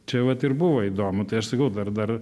čia vat ir buvo įdomu tai aš sakau dar dar